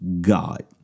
God